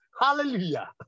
Hallelujah